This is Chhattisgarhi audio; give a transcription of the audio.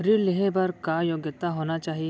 ऋण लेहे बर का योग्यता होना चाही?